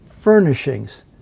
furnishings